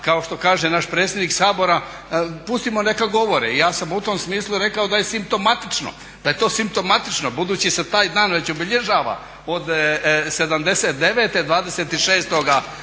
kao što kaže naš predsjednik Sabora pustimo neka govore. Ja sam u tom smislu rekao da je simptomatično, budući se taj da već obilježava od '79.,